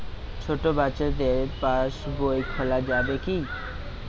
ছোট বাচ্চাদের পাশবই খোলা যাবে কি?